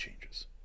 changes